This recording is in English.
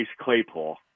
Claypool